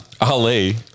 Ali